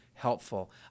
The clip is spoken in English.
helpful